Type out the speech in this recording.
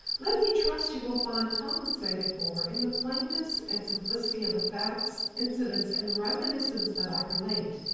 let me trust you will find compensated for in the plainness and simplicity of the facts, incidents and reminiscences that i relate.